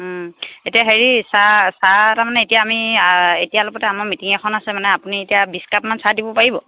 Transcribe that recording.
এতিয়া হেৰি চাহ চাহ তাৰমানে এতিয়া আমি এতিয়া অলপতে আমাৰ মিটিং এখন আছে মানে আপুনি এতিয়া বিছ কাপমান চাহ দিব পাৰিব